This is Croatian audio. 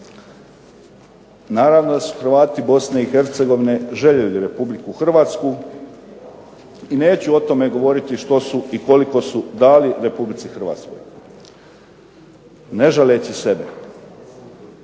Naravno da su Hrvati Bosne i Hercegovine željeli Republiku Hrvatsku i neću o tome govoriti što su i koliko su dali Republici Hrvatskoj, ne žaleći sebe.